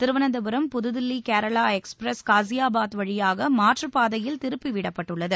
Thiruvananthapuram Pudhudilli Kerala express Ghaziabad வழியாக மாற்றுப் பாதையில் திருப்பி விடப்பட்டுள்ளது